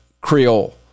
Creole